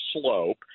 Slope